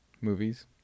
movies